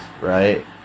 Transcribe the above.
right